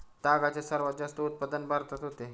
तागाचे सर्वात जास्त उत्पादन भारतात होते